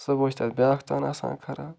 صُبحَس چھُ تَتھ بیٛاکھ تان آسان خراب